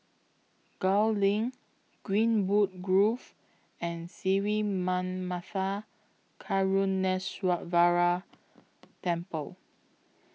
Gul LINK Greenwood Grove and Sri Manmatha Karuneshvarar Temple